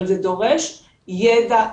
אבל זה דורש ידע,